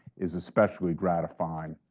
is especially gratifying.